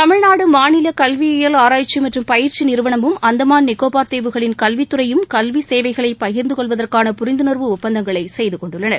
தமிழ்நாடு மாநில கல்வியியல் ஆராய்ச்சி மற்றும் பயிற்சி நிறுவனமும் அந்தமான் நிகோபார் தீவுகளின் கல்வித்துறையும் கல்வி சேவைகளை பகிர்ந்து கொள்வதற்கான புரிந்துணா்வு ஒப்பந்தங்களை செய்து கொண்டுள்ளன